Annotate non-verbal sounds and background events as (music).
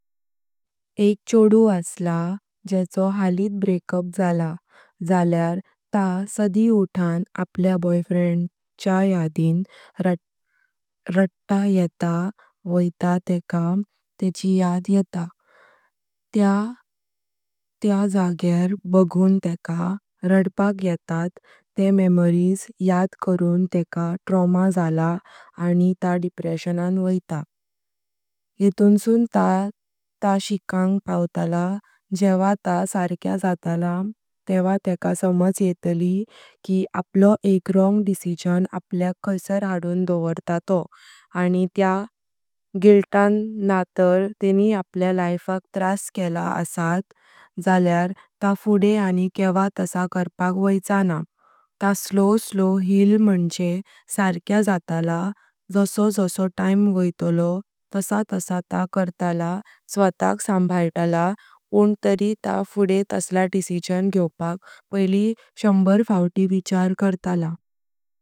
एक छोदु आसा जेचो हालीथ ब्रेकअप झाला जाल्यर ता सादी ठन आपल्या बॉयफ्रेंडच्या यादें (hesitation) रडता येता वोईता तेक तेची याद येता। त्या त्या जाग्यांचर बगुन तेका रडपाक येतात ते मेमोरीज याद करून तेका ट्रॉमा झाला आणि ता डिप्रेशनान वोईता। येटुंसुन ता ता शिकांग पाव्तला जेवा ता सर्क्या जाता आता तवा तेका समज येतली की आपलो एक रॉंग डिसीज़न आपल्या खाईसार हाडून दोवोरता तो आणि त्या गुईतन नार तार तेनि आपल्या लिफाक त्रास केला असत जाल्यार ता फुढे आणी केवा तासा करपाक वैचा न्ह। ता स्लो स्लो हील मुँजे सर्क्या जातला जासो जासो टाइम वोईतलो तासा तासा ता कर्तला स्वतक संभाल्तला पण तरी ता फुढे तसला डिसीज़न घ्योवच्या पैली शंभर फुटी विचार कर्तलान।